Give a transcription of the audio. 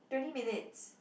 twenty minutes